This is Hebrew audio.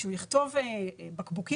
כשהוא יכתוב "בקבוקים"